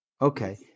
Okay